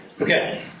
Okay